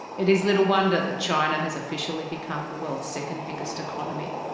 it is little wonder that china has officially become the world's second biggest economy,